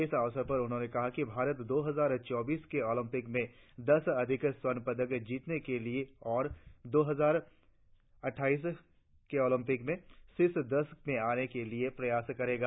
इस अवसर पर उन्होंने कहा कि भारत दो हजार चौबीस के ओलंपिक्स में दस अधिक स्वर्ण पदक जीतने के लिए और दो हजार अट्ठाईस के ओलंपिक्स में शीर्ष दस में आने के लिए प्रयास करेगा